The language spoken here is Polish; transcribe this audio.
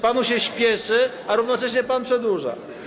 Panu się spieszy, a równocześnie pan przedłuża.